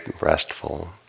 restful